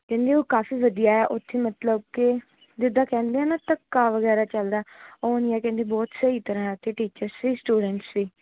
ਕਹਿੰਦੇ ਉਹ ਕਾਫੀ ਵਧੀਆ ਉੱਥੇ ਮਤਲਬ ਕਿ ਜਿੱਦਾਂ ਕਹਿੰਦੇ ਆ ਨਾ ਧੱਕਾ ਵਗੈਰਾ ਚੱਲਦਾ ਉਹ ਨਹੀਂ ਆ ਕਹਿੰਦੇ ਬਹੁਤ ਸਹੀ ਤਰ੍ਹਾਂ ਉੱਥੇ ਟੀਚਰਸ ਵੀ ਸਟੂਡੈਂਟਸ ਵੀ